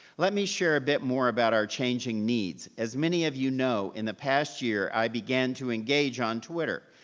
let me share a bit more about our changing needs. as many of you know, in the past year, i began to engage on twitter,